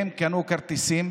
הם קנו כרטיסים,